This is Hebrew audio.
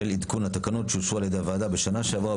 עדכון התקנות שאושרו על ידי הוועדה בשנה שעברה,